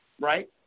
right